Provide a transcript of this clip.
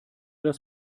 dass